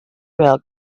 rail